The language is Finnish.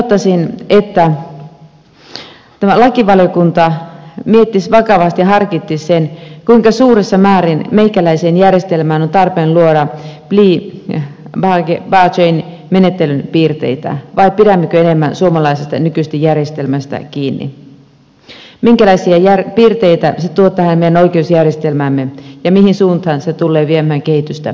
lopuksi kehottaisin että lakivaliokunta miettisi vakavasti ja harkitsisi sen kuinka suuressa määrin meikäläiseen järjestelmään on tarpeen luoda plea bargain menettelyn piirteitä vai pidämmekö enemmän suomalaisesta nykyisestä järjestelmästä kiinni minkälaisia piirteitä se tuo tähän meidän oikeusjärjestelmäämme ja mihin suuntaan se tulee viemään kehitystä eteenpäin